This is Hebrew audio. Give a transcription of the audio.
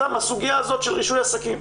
הסוגיה הזאת של רישוי עסקים.